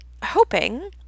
hoping